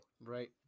Right